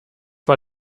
war